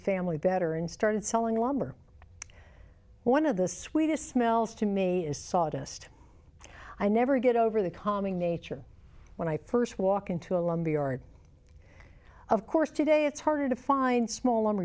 family better and started selling lumber one of the sweetest smells to me is sawdust i never get over the calming nature when i first walk into a lumber yard of course today it's harder to find small lumber